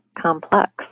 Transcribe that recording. complex